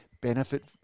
benefit